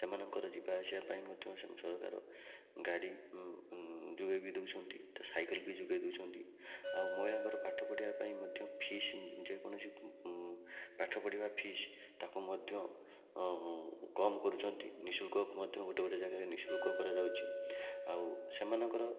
ସେମାନଙ୍କର ଯିବାଆସିବା ପାଇଁ ମଧ୍ୟ ସବୁ ସରକାର ଗାଡ଼ି ଯେଉଁ ଏବେ ଦଉଛନ୍ତି ତ ସାଇକେଲ ବି ଯୋଗେଇ ଦଉଛନ୍ତି ଆଉ ମହିଳାଙ୍କର ପାଠ ପଢ଼ିବା ପାଇଁ ମଧ୍ୟ ଫିସ ଯେକୌଣସି ପାଠ ପଢ଼ିବା ଫିସ ତାକୁ ମଧ୍ୟ କମ୍ କରୁଛନ୍ତି ନିଃଶୁଳ୍କ ମଧ୍ୟ ଗୋଟେ ଗୋଟେ ଜାଗାରେ ନିଃଶୁଳ୍କ କରାଯାଉଛି ଆଉ ସେମାନଙ୍କର